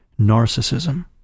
narcissism